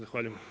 Zahvaljujem.